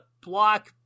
Block